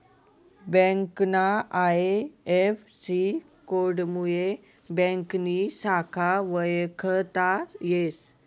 ब्यांकना आय.एफ.सी.कोडमुये ब्यांकनी शाखा वयखता येस